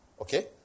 Okay